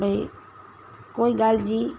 भई कोई ॻाल्हि जी